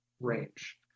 range